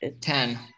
Ten